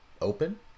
Open